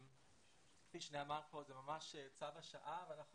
כפי שנאמר כאן, זה ממש צו השעה ואנחנו